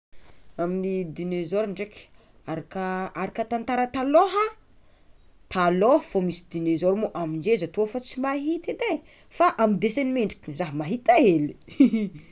Amin'ny dinôzôrô ndraiky araka araka tantara taloha taloha fô misy dinôsôro mo amizao zah tô fa tsy mahita edy e, fa amy dessin anime ndraiky zah mahita hely.